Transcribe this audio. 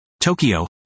Tokyo